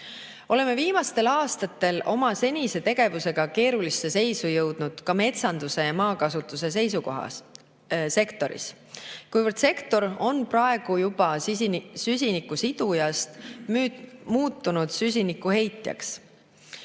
Oleme viimastel andmetel oma senise tegevusega keerulisse seisu jõudnud ka metsanduse ja maakasutuse sektoris, kuivõrd sektor on juba praegu muutunud süsiniku sidujast süsiniku heitjaks.